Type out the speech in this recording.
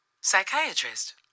psychiatrist